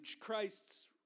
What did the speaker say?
Christ's